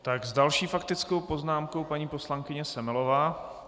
S další faktickou poznámkou paní poslankyně Semelová.